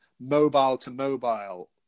mobile-to-mobile